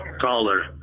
Caller